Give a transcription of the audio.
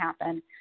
happen